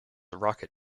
rocket